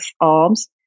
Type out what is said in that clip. arms